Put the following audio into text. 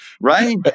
right